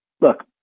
look